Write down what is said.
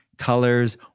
colors